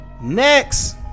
Next